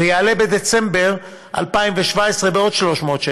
ויעלה בדצמבר 2017 בעוד 300 שקל.